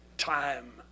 Time